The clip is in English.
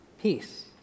peace